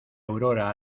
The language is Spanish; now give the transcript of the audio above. aurora